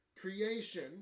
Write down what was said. Creation